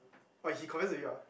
oh he confess to you ah